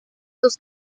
sus